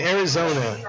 Arizona